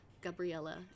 gabriella